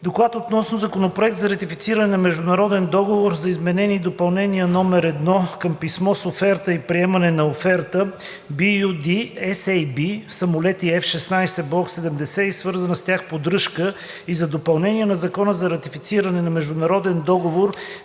„ДОКЛАД относно Законопроект за ратифициране на международен договор за Изменение и допълнение № 1 към Писмо с оферта и приемане на офертата (LOA) BU-D-SAB „Самолети F-16 Block 70 и свързана с тях поддръжка“ и за допълнение на Закона за ратифициране на международен договор